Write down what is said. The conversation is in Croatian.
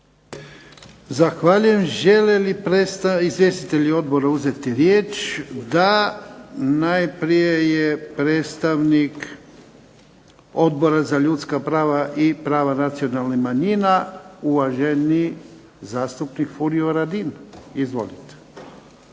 Zahvaljujem. Žele li izvjestitelji odbora uzeti riječ? DA. Najprije je predstavnik Odbora za ljudska prava i prava nacionalnih manjina uvaženi zastupnik Furio Radin. Izvolite.